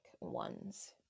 ones